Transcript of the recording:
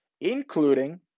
including